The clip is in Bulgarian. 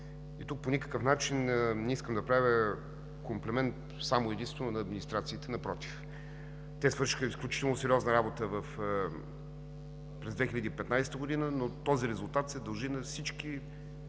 Тук по никакъв начин не искам да правя комплимент само и единствено на администрацията, напротив. Те свършиха изключително сериозна работа през 2015 г., но този резултат се дължи на всички